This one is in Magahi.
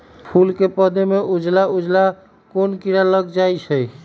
फूल के पौधा में उजला उजला कोन किरा लग जई छइ?